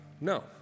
no